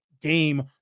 game